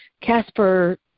Casper